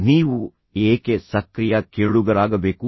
ನೀವು ಏಕೆ ಸಕ್ರಿಯ ಕೇಳುಗರಾಗಬೇಕು